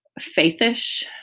faith-ish